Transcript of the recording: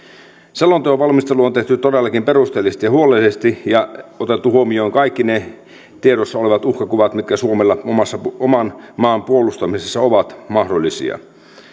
selonteon valmistelu on tehty todellakin perusteellisesti ja huolellisesti ja otettu huomioon kaikki ne tiedossa olevat uhkakuvat mitkä suomella oman maan puolustamisessa ovat mahdollisia